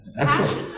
Excellent